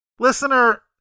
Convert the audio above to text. Listener